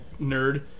nerd